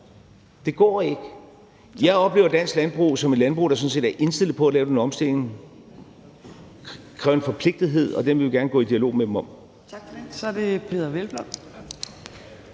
Det går ikke. Jeg oplever dansk landbrug som et landbrug, der sådan set er indstillet på at lave den omstilling. Det vil kræve en forpligtethed, og den vil vi gerne gå i dialog med dem om.